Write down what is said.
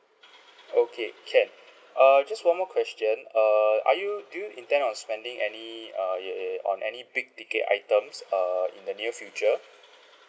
okay can uh just one more question err are you do you intend on spending any uh err on any big ticket items err in the near your future